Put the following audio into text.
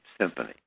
symphony